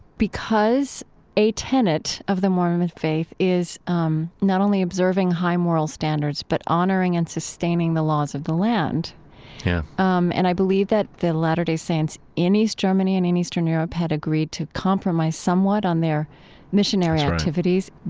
because a tenet of the mormon faith is um not only observing high moral standards, but honoring and sustaining the laws of the land yeah um and i believe that the latter-day saints in east germany and in eastern europe had agreed to compromise somewhat on their missionary activities,